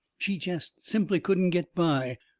she jest simply couldn't get by.